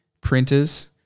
printers